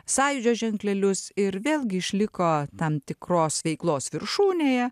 sąjūdžio ženklelius ir vėlgi išliko tam tikros veiklos viršūnėje